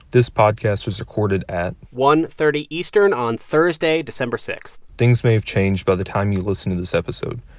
this podcast was recorded at. one thirty eastern on thursday, december six point things may have changed by the time you listen to this episode.